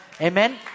Amen